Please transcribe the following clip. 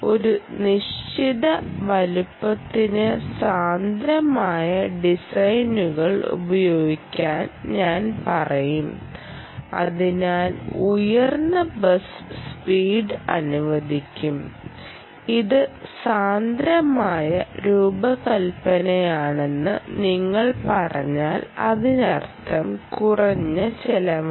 ഒരു നിശ്ചിത വലുപ്പത്തിന് സാന്ദ്രമായ ഡിസൈനുകൾ ഉപയോഗിക്കാൻ ഞാൻ പറയും അതിനാൽ ഉയർന്ന ബസ് സ്പീഡ് അനുവദിക്കും ഇത് സാന്ദ്രമായ രൂപകൽപ്പനയാണെന്ന് നിങ്ങൾ പറഞ്ഞാൽ അതിനർത്ഥം കുറഞ്ഞ ചിലവാണ്